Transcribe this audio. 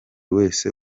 wese